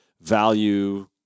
value